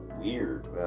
weird